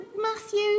Matthew